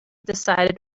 decided